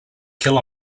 kill